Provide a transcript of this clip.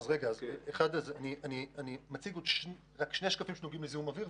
אני רק אציג עוד שני שקפים שנוגעים לזיהום אוויר,